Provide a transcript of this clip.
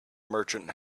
merchant